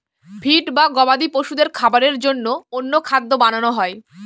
feed বা গবাদি পশুদের খাবারের জন্য অন্য খাদ্য বানানো হয়